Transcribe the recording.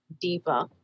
deeper